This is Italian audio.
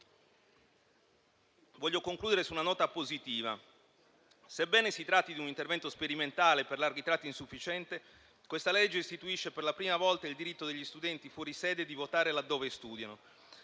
il mio intervento su una nota positiva. Sebbene si tratti di un intervento sperimentale e per larghi tratti insufficiente, il provvedimento in esame istituisce per la prima volta il diritto degli studenti fuori sede di votare laddove studiano.